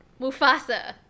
Mufasa